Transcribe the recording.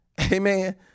Amen